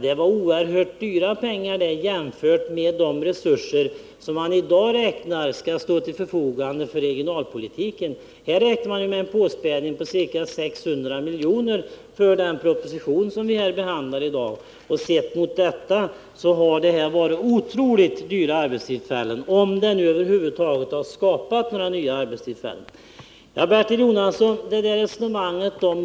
Det var oerhört dyra arbetstillfällen, jämfört med de resurser som man i dag räknar med skall stå till förfogande för regionalpolitiken. Enligt den proposition vi i dag behandlar räknar man med en påspädning på ca 600 miljoner. Sett mot denna bakgrund är det atroligt dyra arbetstillfällen som skapats genom avskaffande av arbetsgivaravgiften, om detta över huvud taget har skapat några nya arbetstillfällen.